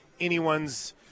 anyone's